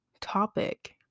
topic